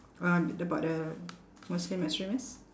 uh about the muslim extremists